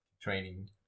training